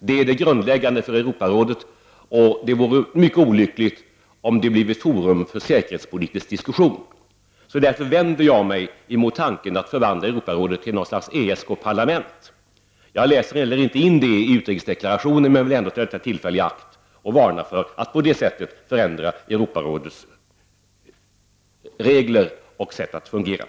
Det är det grundläggande för Europarådet, och det vore mycket olyckligt om Europarådet blev ett forum för säkerhetspolitiska diskussioner. Därför vänder jag mig mot tanken på att man skulle förvandla Europarådet till något slags ESK-parlament. Jag läser inte in det i utrikesdeklarationen, men jag vill ändå ta detta tillfälle i akt att varna för att man på det sättet förändrar Europarådets regler och sätt att fungera.